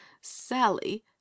sally